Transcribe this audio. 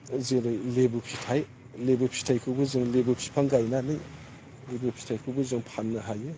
जेरै लेबु फिथाइ लेबु फिथाइखौबो जों लेबु बिफां गायनानै लेबु फिथाइखौबो जों फाननो हायो